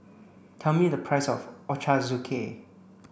tell me the price of Ochazuke